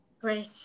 Great